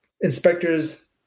inspectors